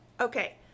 Okay